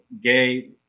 gay